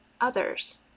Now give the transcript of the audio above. others